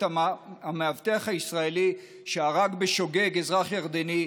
המאבטח הישראלי שהרג בשוגג אזרח ירדני,